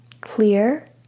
Clear